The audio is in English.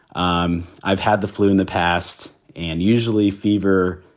um i've had the flu in the past and usually fever,